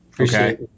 Okay